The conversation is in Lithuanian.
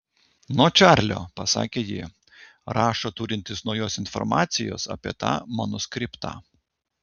nuo čarlio pasakė ji rašo turintis naujos informacijos apie tą manuskriptą